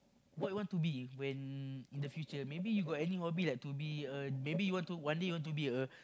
what you want to be when in the future maybe you got any hobby like to be maybe you want to be one day you want to be a